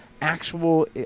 actual